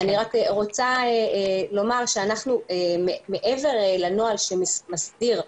אני רוצה לומר שמעבר לנוהל שמסדיר,